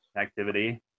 activity